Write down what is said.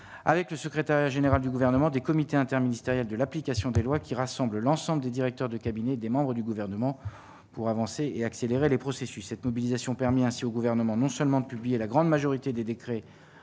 avec le secrétaire général du gouvernement, des comités interministériels de l'application des lois qui rassemble l'ensemble des directeurs de cabinet des membres du gouvernement pour avancer et accélérer les processus cette mobilisation permet ainsi au gouvernement non seulement publier la grande majorité des décrets